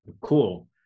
cool